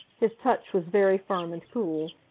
his touch was very firm and cool.